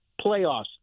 playoffs